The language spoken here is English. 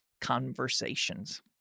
conversations